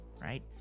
right